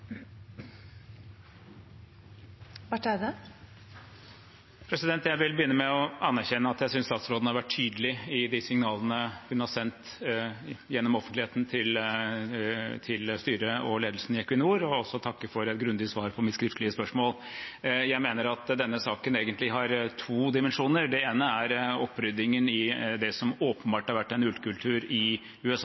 Jeg vil begynne med å anerkjenne at jeg synes statsråden har vært tydelig i de signalene hun har sendt gjennom offentligheten til styret og ledelsen i Equinor, og takke for et grundig svar på mitt skriftlige spørsmål. Jeg mener at denne saken egentlig har to dimensjoner. Den ene er oppryddingen i det som åpenbart har vært en ukultur i